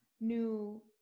new